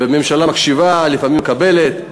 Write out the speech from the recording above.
וממשלה מקשיבה, לפעמים מקבלת.